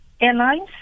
airlines